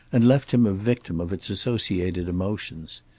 and left him a victim of its associated emotions.